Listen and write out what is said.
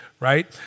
right